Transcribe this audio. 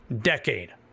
decade